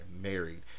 married